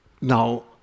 Now